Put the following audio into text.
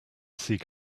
seek